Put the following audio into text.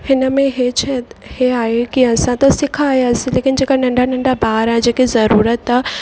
हिन में इहा शइ इहा आहे की असां त सिखा आयसि लेकिन जेका नंढा नंढा ॿार आहे जंहिंखे ज़रूरत थिए